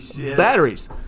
batteries